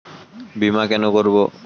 বিমা কেন করব?